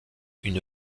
une